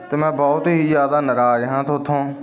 ਅਤੇ ਮੈਂ ਬਹੁਤ ਹੀ ਜ਼ਿਆਦਾ ਨਰਾਜ਼ ਹਾਂ ਤੁਹਾਡੇ ਤੋਂ